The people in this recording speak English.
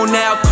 now